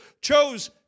chose